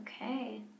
okay